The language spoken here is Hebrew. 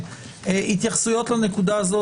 התייחסויות לנקודה הזאת,